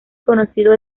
conocido